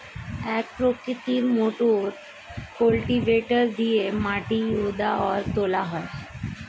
এক প্রকৃতির motor cultivator দিয়ে মাটি হুদা আর তোলা হয়